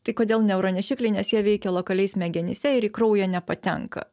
tai kodėl neuronešikliai nes jie veikia lokaliai smegenyse ir į kraują nepatenka